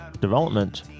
development